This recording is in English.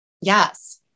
Yes